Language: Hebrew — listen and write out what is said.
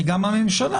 הממשלה